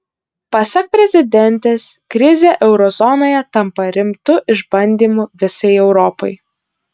pasak prezidentės krizė euro zonoje tampa rimtu išbandymu visai europai